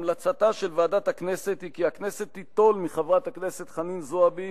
המלצתה של ועדת הכנסת היא כי הכנסת תיטול מחברת הכנסת חנין זועבי